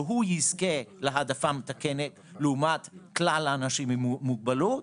שהוא יזכה להעדפה מתקנת לעומת כלל האנשים עם מוגבלות,